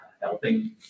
helping